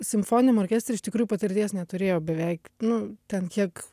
simfoniniam orkestre iš tikrųjų patirties neturėjau beveik nu ten kiek